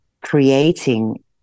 creating